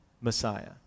Messiah